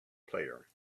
player